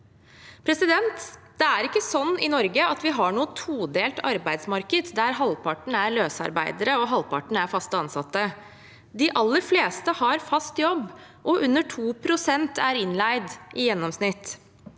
seleksjonen? Det er ikke sånn i Norge at vi har et todelt arbeidsmarked der halvparten er løsarbeidere og halvparten er fast ansatt. De aller fleste har fast jobb, og under 2 pst. er innleid, i gjennomsnitt.